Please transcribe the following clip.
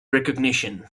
recognition